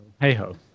hey-ho